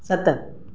सत